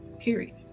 period